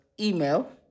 email